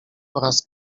oraz